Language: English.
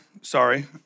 sorry